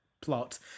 plot